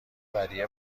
ودیعه